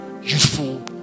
useful